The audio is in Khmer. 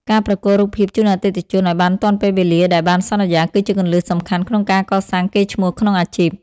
ការប្រគល់រូបភាពជូនអតិថិជនឱ្យបានទាន់ពេលវេលាដែលបានសន្យា គឺជាគន្លឹះសំខាន់ក្នុងការកសាងកេរ្តិ៍ឈ្មោះក្នុងអាជីព។